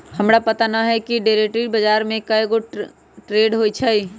हमरा पता न हए कि डेरिवेटिव बजार में कै गो ट्रेड होई छई